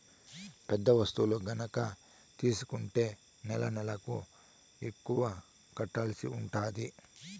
పెద్ద వస్తువు గనక తీసుకుంటే నెలనెలకు ఎక్కువ కట్టాల్సి ఉంటది